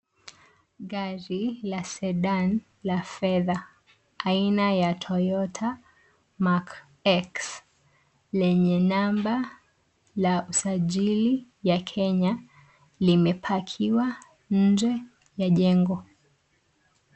Gari la Sedan la fedha aina ya Toyota MERKX lenye number ya usajili ya Kenya limepakiwa nje ya jengo.